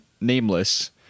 nameless